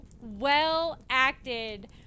well-acted